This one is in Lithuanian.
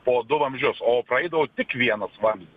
po du vamzdžius o praeidavo tik vienas vamzdis